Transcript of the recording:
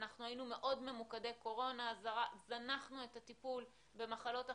היינו מאוד ממוקדי קורונה וזנחנו את הטיפול במחלות אחרות.